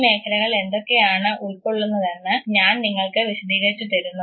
ഈ മേഖലകൾ എന്തൊക്കെയാണ് ഉൾക്കൊള്ളുന്നത് എന്ന് ഞാൻ നിങ്ങൾക്ക് വിശദീകരിച്ചു തരുന്നു